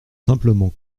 simplement